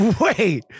Wait